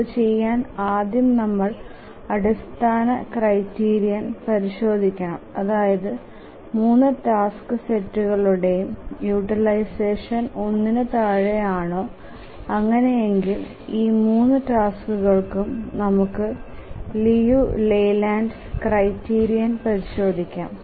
ഇതു ചെയാൻ ആദ്യം നമ്മൾ അടിസ്ഥാന ക്രൈറ്റീരിയൻ പരിശോധിക്കണം അതായത് 3 ടാസ്ക് സെറ്റുകളുടെയും യൂട്ടിലൈസഷൻ 1നു താഴെ ആണോ അങ്ങനെയെങ്കിൽ ഈ 3 ടാസ്കുകൾക്കും നമുക്ക് ലിയു ലെയ്ലാൻഡ് ക്രൈറ്റീരിയൻ പരിശോധികാം